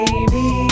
Baby